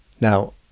Now